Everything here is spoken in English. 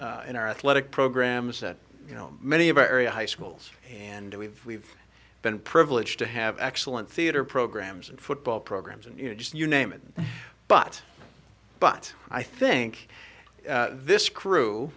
in our athletic programs at you know many of our area high schools and we've we've been privileged to have excellent theater programs and football programs and you know just you name it but but i think this crew